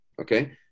okay